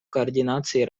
координации